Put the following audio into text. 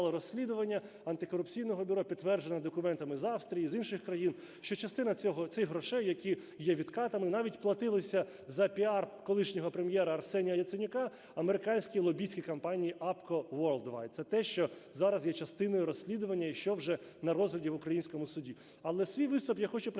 розслідування антикорупційного бюро, підтверджено документами з Австрії, з інших країн, що частина цих грошей, які є відкатами, навіть платилися за піар колишнього Прем’єра Арсенія Яценюка американській лобістській компанії APCO Worldwide. Це те, що зараз є частиною розслідування і що вже на розгляді в українському суді. Але свій виступ я хочу присвятити